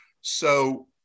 So-